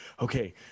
okay